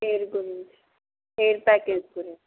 hair గురించి hair package గురించి